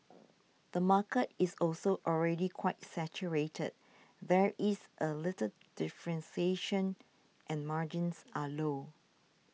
the market is also already quite saturated there is a little differentiation and margins are low